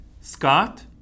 Scott